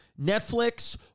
netflix